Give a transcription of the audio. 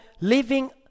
living